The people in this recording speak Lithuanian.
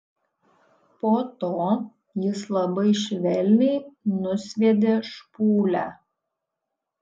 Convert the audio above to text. po to jis labai švelniai nusviedė špūlę